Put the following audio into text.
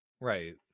right